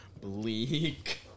Bleak